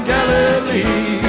Galilee